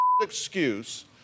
excuse